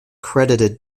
credited